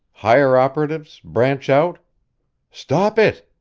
hire operatives, branch out stop it!